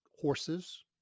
horses